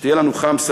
שתהיה לנו "חמסה".